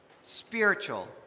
spiritual